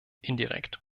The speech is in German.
indirekt